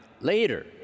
later